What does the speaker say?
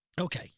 Okay